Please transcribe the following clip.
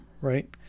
right